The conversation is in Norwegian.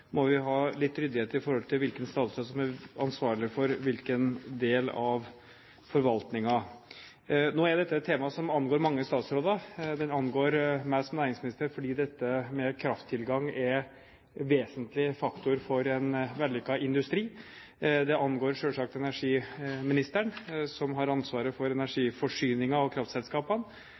må vi ha litt ryddighet i forhold til hvilken statsråd som er ansvarlig for hvilken del av forvaltningen. Nå er dette et tema som angår mange statsråder. Det angår meg som næringsminister, fordi dette med krafttilgang er en vesentlig faktor for en vellykket industri. Det angår selvsagt energiministeren som har ansvaret for energiforsyningen og kraftselskapene,